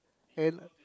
then